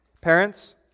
Parents